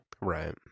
right